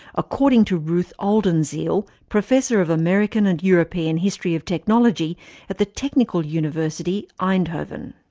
according to ruth oldenziel, professor of american and european history of technology at the technical university, eindhoven.